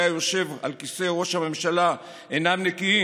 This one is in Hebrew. היושב על כיסא ראש הממשלה אינם נקיים?